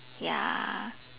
ya